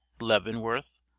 leavenworth